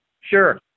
Sure